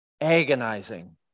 agonizing